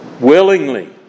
Willingly